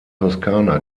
toskana